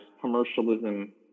commercialism